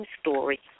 story